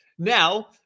Now